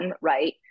right